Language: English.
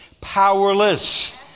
powerless